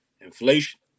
inflation